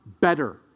better